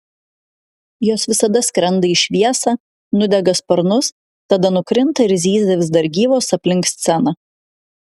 jos visada skrenda į šviesą nudega sparnus tada nukrinta ir zyzia vis dar gyvos aplink sceną